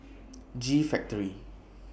G Factory